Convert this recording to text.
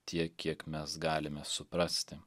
tiek kiek mes galime suprasti